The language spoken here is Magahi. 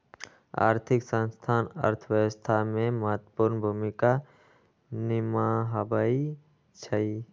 आर्थिक संस्थान अर्थव्यवस्था में महत्वपूर्ण भूमिका निमाहबइ छइ